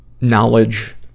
knowledge